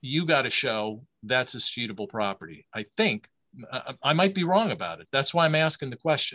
you've got a show that's a suitable property i think i might be wrong about it that's why i'm asking the question